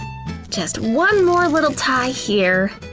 just one more little tie here,